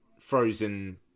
frozen